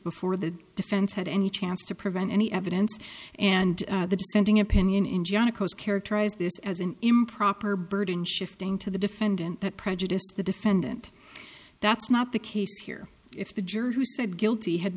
before the defense had any chance to prevent any evidence and the dissenting opinion characterized this as an improper burden shifting to the defendant that prejudice the defendant that's not the case here if the juror who said guilty had